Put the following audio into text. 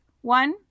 One